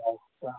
اچّھا